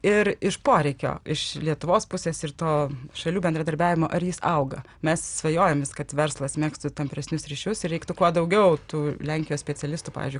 ir iš poreikio iš lietuvos pusės ir to šalių bendradarbiavimo ar jis auga mes svajojam vis kad verslas megztų tampresnius ryšius ir reiktų kuo daugiau tų lenkijos specialistų pavyzdžiui